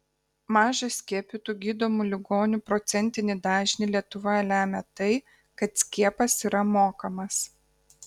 mažą skiepytų gydomų ligonių procentinį dažnį lietuvoje lemia tai kad skiepas yra mokamas